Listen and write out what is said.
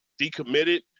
decommitted